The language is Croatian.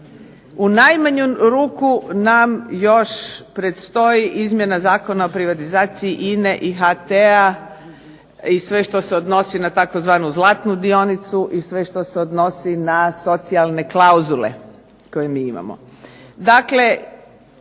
u najmanju ruku nam još predstoji izmjena Zakona o privatizaciji INA-e i HT-a i sve što se odnosi na zlatnu dionicu i sve što se odnosi na socijalne klauzule koje mi imamo. Dakle,